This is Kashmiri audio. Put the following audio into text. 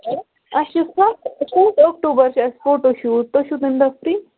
اَسہِ چھِ سَتھ سَتھ اَکٹوٗبَر چھِ اَسہِ فوٹوٗشوٗٹ تُہۍ چھُو تٔمۍ دۄہ فری